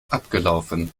abgelaufen